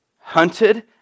hunted